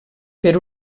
per